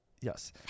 Yes